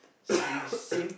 sim~ same